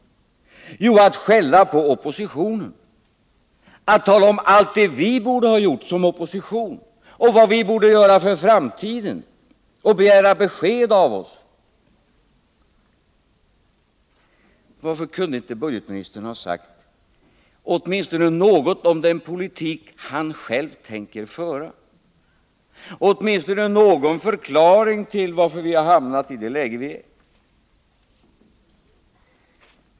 Jo, till att skälla på oppositionen, till att tala om allt det vi som opposition borde ha gjort och bör göra för framtiden och till att begära besked av oss. Varför kunde inte budgetministern ha sagt åtminstone något ord om den politik han själv tänker föra, gett åtminstone någon förklaring till att vi har hamnat i dagens läge?